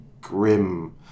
grim